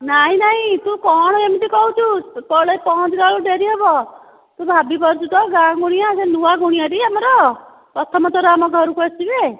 ନାଇଁ ନାଇଁ ତୁ କ'ଣ ଏମିତି କହୁଛୁ ତଳେ ପହଞ୍ଚିଲା ବେଳକୁ ଡେରି ହେବ ତୁ ଭାବି ପାରୁଛୁ ତ ଗାଁ କୁଣିଆ ସେ ନୂଆ କୁଣିଆଟି ଆମର ପ୍ରଥମ ଥର ଆମ ଘରକୁ ଆସିବେ